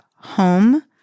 Home